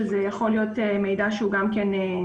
שזה יכול להיות מידע שהוא פרטי.